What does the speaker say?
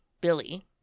Billy